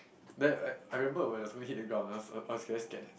then I I remember when I fully hit the ground I was I was very scared leh